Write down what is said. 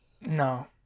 No